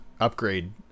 upgrade